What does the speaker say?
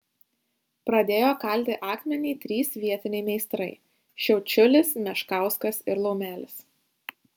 pradėjo kalti akmenį trys vietiniai meistrai šiaučiulis meškauskas ir laumelis